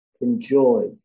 enjoy